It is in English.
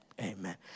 Amen